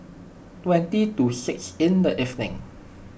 twenty to six in the evening